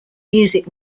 music